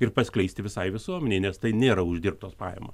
ir paskleisti visai visuomenei nes tai nėra uždirbtos pajamos